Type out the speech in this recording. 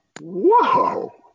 Whoa